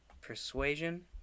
Persuasion